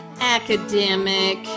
academic